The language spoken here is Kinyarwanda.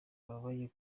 bababaye